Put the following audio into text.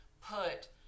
put